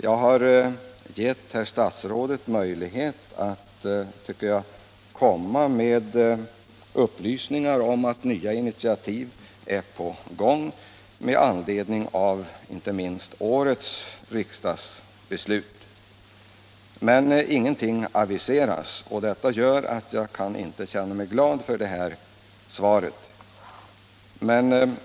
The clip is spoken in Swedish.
Jag har gett herr statsrådet möjlighet, tycker jag, att lämna upplysningar om att nya initiativ är på gång med anledning av inte minst årets riksdagsbehandling. Men ingenting aviseras. Det gör att jag inte känner mig glad över det här svaret.